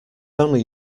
only